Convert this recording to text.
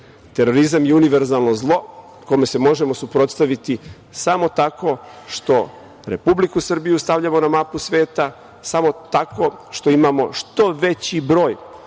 Terorizam je univerzalno zlo, kome se možemo suprotstaviti samo tako što Republiku Srbiju stavljamo na mapu sveta, samo tako što imamo što veći broj